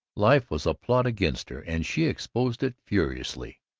life was a plot against her and she exposed it furiously.